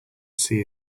see